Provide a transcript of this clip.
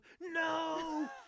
No